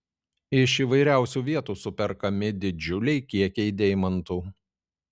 iš įvairiausių vietų superkami didžiuliai kiekiai deimantų